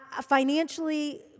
Financially